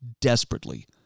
desperately